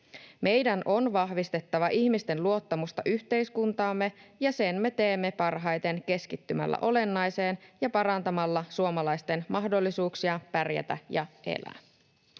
Meidän on vahvistettava ihmisten luottamusta yhteiskuntaamme, ja sen me teemme parhaiten keskittymällä olennaiseen ja parantamalla suomalaisten mahdollisuuksia pärjätä ja elää.